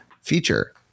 feature